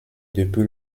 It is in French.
depuis